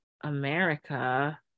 America